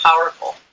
powerful